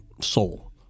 soul